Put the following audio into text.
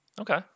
okay